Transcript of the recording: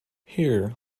here